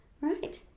Right